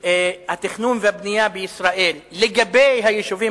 התכנון והבנייה בישראל לגבי היישובים